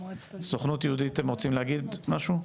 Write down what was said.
סוכנות יהודית אתם רוצים להגיד משהו?